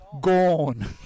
Gone